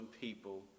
people